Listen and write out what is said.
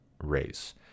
race